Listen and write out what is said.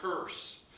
curse